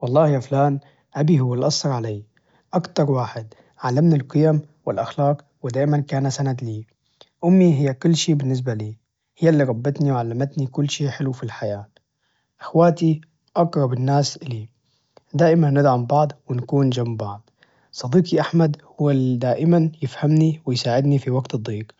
والله يا فلان، أبي هو إللي أثر علي أكثر واحد، علمني القيم والأخلاق ودائما كان سند لي، أمي هي كل شي بالنسبة لي هي إللي ربتني وعلمتني كل شي حلو في الحياة، أخواتي أقرب الناس إلي دائما ندعم بعض ونكون جنب بعض، صديقي أحمد هو إللي دائما يفهمني ويساعدني في وقت الضيق